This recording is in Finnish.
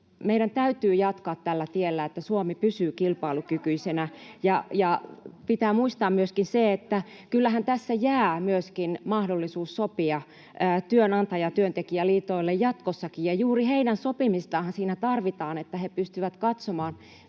Meidän täytyy jatkaa tällä tiellä, että Suomi pysyy kilpailukykyisenä. Pitää muistaa myöskin se, että kyllähän tässä jää myöskin mahdollisuus sopia työnantaja- ja työntekijäliitoille jatkossakin, ja juuri heidän sopimistaanhan siinä tarvitaan, että he pystyvät katsomaan,